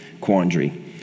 quandary